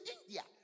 India